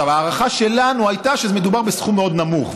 ההערכה שלנו הייתה שמדובר בסכום מאוד נמוך,